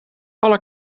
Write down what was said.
alle